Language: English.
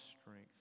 strength